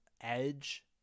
edge